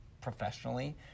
professionally